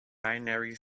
binary